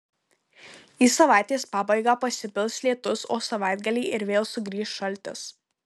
į savaitės pabaigą pasipils lietus o savaitgalį ir vėl sugrįš šaltis